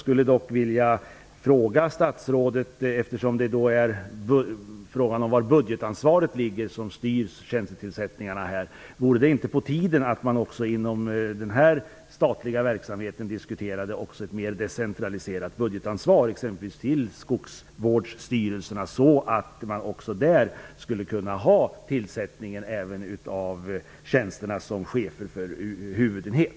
Eftersom tjänstetillsättningarna styrs av var budgetansvaret ligger, skulle jag dock vilja fråga statsrådet om det inte vore på tiden att man också inom denna statliga verksamhet diskuterade ett mer decentraliserat budgetansvar, t.ex. till skogsvårdsstyrelserna. Då skulle man där kunna tillsätta tjänsterna som chef för huvudenhet.